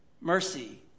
mercy